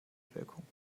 wirkung